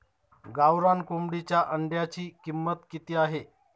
गावरान कोंबडीच्या अंड्याची किंमत किती आहे?